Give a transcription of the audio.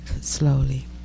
slowly